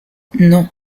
non